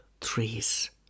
trees